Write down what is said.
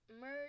merge